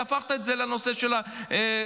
והפכת את זה לנושא של המשטרה,